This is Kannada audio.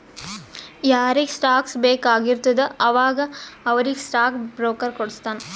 ಯಾರಿಗ್ ಸ್ಟಾಕ್ಸ್ ಬೇಕ್ ಆಗಿರ್ತುದ ಅವಾಗ ಅವ್ರಿಗ್ ಸ್ಟಾಕ್ ಬ್ರೋಕರ್ ಕೊಡುಸ್ತಾನ್